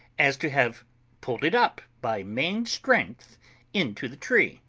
as to have pulled it up by main strength into the tree.